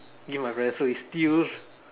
give my present so it's still